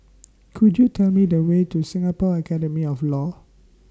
Could YOU Tell Me The Way to Singapore Academy of law